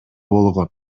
болгон